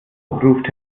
ruft